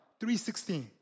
3.16